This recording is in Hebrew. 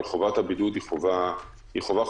אבל חובת הבידוד היא חובה חוקית,